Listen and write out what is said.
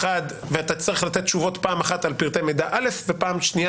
אחד ואתה צריך לתת תשובות פעם אחת על פרטי מידע א' ופעם שנייה